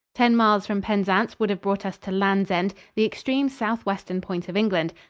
ten miles from penzance would have brought us to lands end the extreme southwestern point of england,